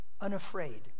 unafraid